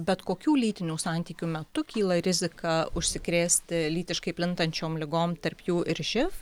bet kokių lytinių santykių metu kyla rizika užsikrėsti lytiškai plintančiom ligom tarp jų ir živ